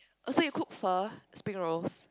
so you cook pho spring-rolls